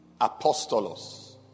Apostolos